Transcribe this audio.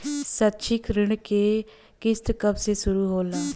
शैक्षिक ऋण क किस्त कब से शुरू होला?